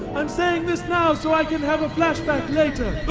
i'm saying this now so i can have a flashback later.